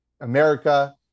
America